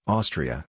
Austria